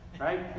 right